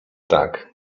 tak